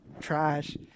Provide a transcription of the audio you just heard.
Trash